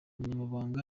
munyamabanga